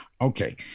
Okay